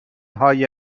های